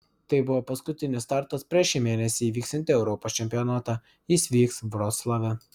tai buvo paskutinis startas prieš šį mėnesį įvyksiantį europos čempionatą jis vyks vroclave